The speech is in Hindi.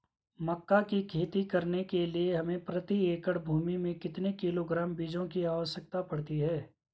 मक्का की खेती करने के लिए हमें प्रति एकड़ भूमि में कितने किलोग्राम बीजों की आवश्यकता पड़ती है?